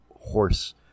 horse